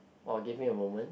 or give me a moment